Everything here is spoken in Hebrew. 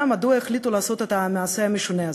מדוע החליטו לעשות את המעשה המשונה הזה,